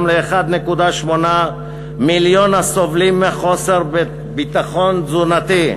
ל-1.8 מיליון הסובלים מחוסר ביטחון תזונתי,